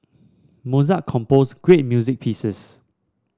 Mozart composed great music pieces